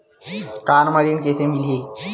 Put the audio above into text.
Car म ऋण कइसे मिलही?